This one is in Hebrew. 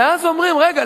ואז אומרים: רגע,